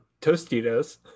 Tostitos